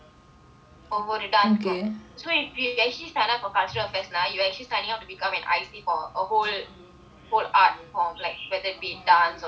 over the dance so if you actually sign up for cultural affairs now you actually signing up to become an I_C for the whole whole art from like for whether dance or drama